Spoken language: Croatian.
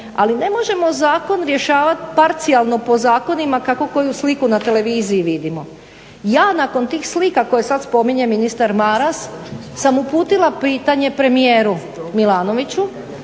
ali ne možemo zakon rješavati parcijalno po zakonima kako koju sliku na televiziji vidimo. Ja nakon tih slika koje sada spominje ministar Maras sam uputila pitanje premijeru Milanoviću